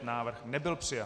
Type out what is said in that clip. Návrh nebyl přijat.